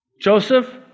Joseph